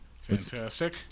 Fantastic